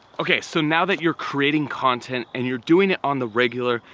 okay, so now that you're creating content and you're doing it on the regular,